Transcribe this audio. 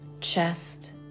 chest